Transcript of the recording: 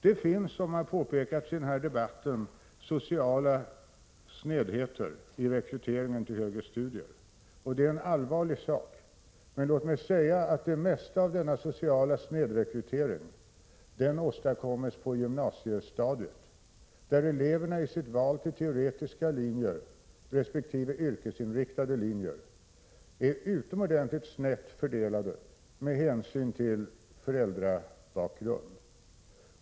Det finns, som det har påpekats i den här debatten, sociala snedheter i rekryteringen när det gäller högre studier, och det är en allvarlig sak. Men jag vill framhålla att den sociala snedrekryteringen till största delen åstadkoms på gymnasiestadiet. Av elevernas val mellan teoretiska resp. yrkesinriktade linjer framgår nämligen att snedfördelningen är utomordentligt stor med hänsyn till elevernas föräldrabakgrund.